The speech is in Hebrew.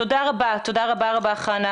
תודה רבה, חנה.